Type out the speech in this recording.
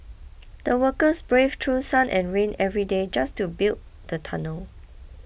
the workers braved through sun and rain every day just to build the tunnel